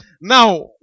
Now